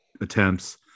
attempts